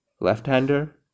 Left-hander